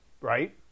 right